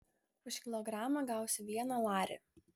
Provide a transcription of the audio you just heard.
už kilogramą gausiu vieną larį